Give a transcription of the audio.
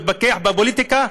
להיות בקי בפוליטיקה?